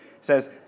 says